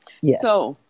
Yes